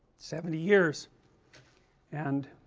seventy years and,